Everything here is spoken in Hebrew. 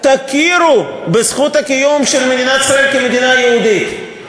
תכירו בזכות הקיום של מדינת ישראל כמדינה יהודית.